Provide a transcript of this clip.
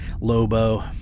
Lobo